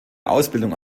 ausbildung